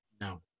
no